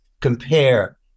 compare